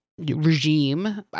Regime